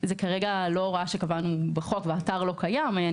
זאת לא הוראה שקבענו בחוק והאתר לא קיים.